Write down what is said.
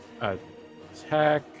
attack